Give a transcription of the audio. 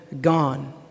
gone